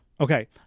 Okay